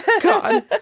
God